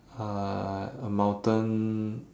uh a mountain